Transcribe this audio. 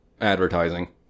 advertising